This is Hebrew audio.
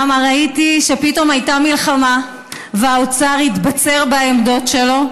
ראיתי שפתאום הייתה מלחמה והאוצר התבצר בעמדות שלו,